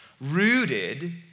rooted